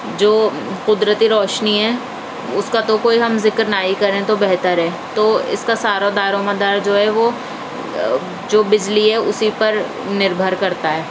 جو قدرتی روشنی ہے اس کا تو کوئی ہم ذکر نہ ہی کریں تو بہتر ہے تو اس کا سارا دار و مدار جو ہے وہ جو بجلی ہے اسی پر نربھر کرتا ہے